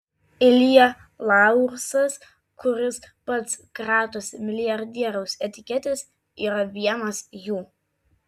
ilja laursas kuris pats kratosi milijardieriaus etiketės yra vienas jų